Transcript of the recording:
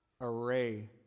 array